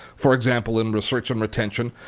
for example in research and retention,